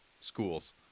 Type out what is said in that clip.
schools